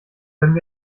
können